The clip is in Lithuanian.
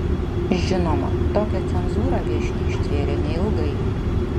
žinoma tokią cenzūrą viešnia ištvėrė neilgai